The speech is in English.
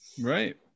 Right